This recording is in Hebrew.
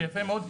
ויפה מאוד,